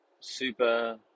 super